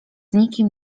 nikim